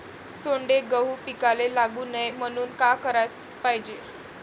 सोंडे, घुंग पिकाले लागू नये म्हनून का कराच पायजे?